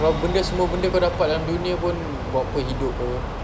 kalau benda semua semua benda kau dapat dalam dunia pun buat apa hidup [pe]